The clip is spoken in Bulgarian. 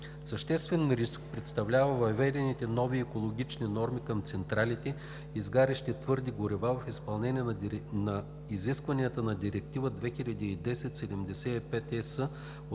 Съществен риск представляват въведените нови екологични норми към централите, изгарящи твърди горива, в изпълнение на изискванията на Директива 2010/75/ЕС